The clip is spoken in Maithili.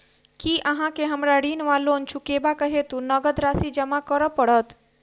की अहाँ केँ हमरा ऋण वा लोन चुकेबाक हेतु नगद राशि जमा करऽ पड़त?